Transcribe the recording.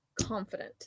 confident